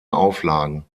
auflagen